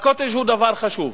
ה"קוטג'" הוא דבר חשוב,